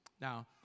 Now